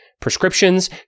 prescriptions